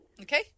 Okay